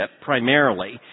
primarily